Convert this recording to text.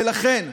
לכן,